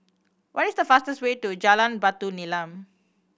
what is the fastest way to Jalan Batu Nilam